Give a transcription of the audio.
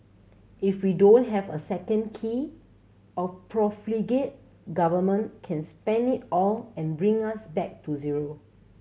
if we don't have a second key a profligate Government can spend it all and bring us back to zero